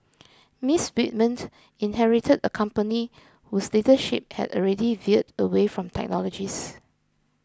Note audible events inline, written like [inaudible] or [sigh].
Miss Whitman [noise] inherited a company whose leadership had already veered away from technologists